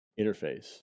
interface